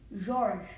George